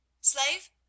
Slave